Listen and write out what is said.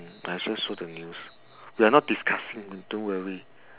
I just saw the news we are not discussing don't worry